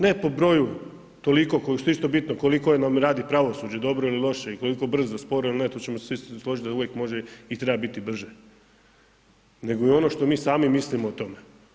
Ne po broju toliko, što je isto bitno koliko nam radi pravosuđe dobro ili loše i koliko brzo, sporo il ne, tu ćemo se isto složit da uvijek može i treba biti brže, nego i ono što mi sami mislimo o tome.